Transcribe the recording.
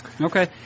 Okay